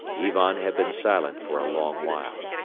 ivan had been silent for a long while.